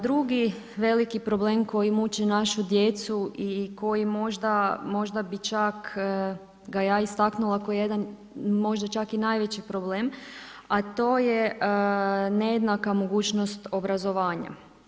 Drugi veliki problem koji muči našu djecu i koji možda bi čak ja istaknula kao jedan možda čak i najveći problem, a to je nejednaka mogućnost obrazovanja.